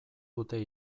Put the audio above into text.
dute